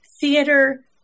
theater